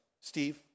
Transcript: Steve